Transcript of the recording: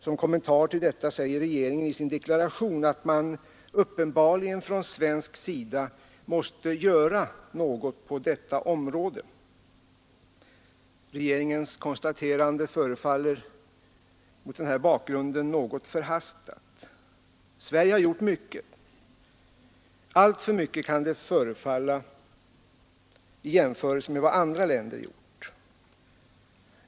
Som kommentar till detta säger regeringen i sin deklaration att man uppenbarligen från svensk sida måste göra något på detta område. Regeringens konstaterande förefaller något förhastat. Sverige har gjort mycket — alltför mycket kan det förefalla i jämförelse Nr 49 med vad andra länder gjort.